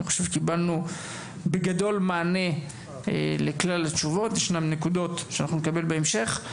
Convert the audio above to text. אני חושב שקיבלנו תשובות לכלל ההתייחסויות ולשאר נקבל בהמשך.